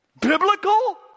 Biblical